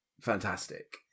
fantastic